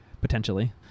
potentially